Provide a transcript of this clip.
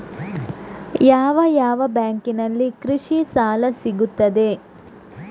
ಯಾವ ಯಾವ ಬ್ಯಾಂಕಿನಲ್ಲಿ ಕೃಷಿ ಸಾಲ ಸಿಗುತ್ತದೆ?